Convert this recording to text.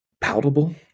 palatable